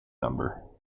number